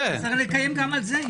לקיים גם על זה.